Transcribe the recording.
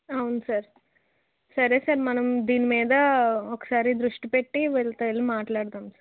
అవును సార్ సరే సార్ మనం దీని మీద ఒకసారి దృష్టి పెట్టి వీళ్ళతో వెళ్ళి మాట్లాడుదాం సార్